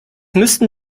müssten